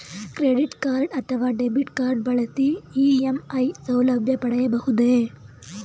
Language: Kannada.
ಕ್ರೆಡಿಟ್ ಕಾರ್ಡ್ ಅಥವಾ ಡೆಬಿಟ್ ಕಾರ್ಡ್ ಬಳಸಿ ಇ.ಎಂ.ಐ ಸೌಲಭ್ಯ ಪಡೆಯಬಹುದೇ?